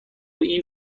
این